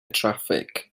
traffig